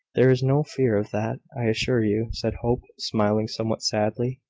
there is no fear of that, i assure you, said hope, smiling somewhat sadly.